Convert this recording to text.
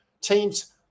teams